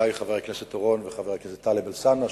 ידידי חבר הכנסת אורון וחבר הכנסת טלב אלסאנע,